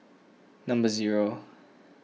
number zero